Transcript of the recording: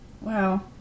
Wow